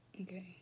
Okay